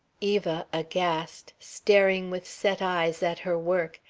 eva, aghast, staring with set eyes at her work,